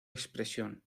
expresión